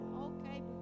Okay